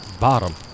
bottom